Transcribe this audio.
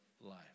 life